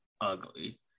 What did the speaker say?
ugly